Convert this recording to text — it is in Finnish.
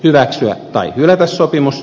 hyväksyä tai hylätä sopimus